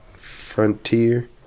Frontier